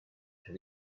have